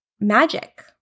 magic